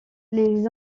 les